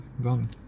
done